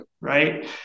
Right